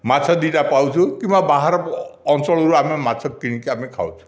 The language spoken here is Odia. ମାଛ ଦୁଇଟା ପାଉଛୁ କିମ୍ବା ବାହାର ଅଞ୍ଚଳରୁ ମାଛ କିଣିକି ଆମେ ଖାଉଛୁ